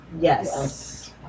Yes